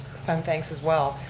send thanks as well.